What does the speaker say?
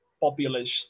populist